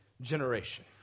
generation